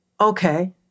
Okay